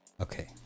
okay